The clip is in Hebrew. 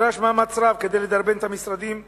נדרש מאמץ רב כדי לדרבן את המשרדים לפעול.